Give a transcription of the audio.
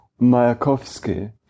Mayakovsky